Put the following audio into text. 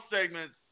segments